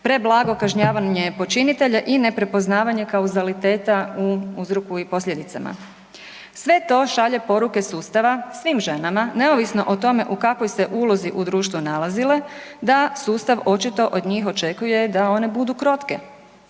preblago kažnjavanje počinitelja i neprepoznavanje kauzaliteta u uzroku i posljedicama. Sve to šalje poruke sustava svim ženama neovisno o tome u kakvoj se ulozi u društvu nalazile, da sustav očito od njih očekuje da one budu krotke.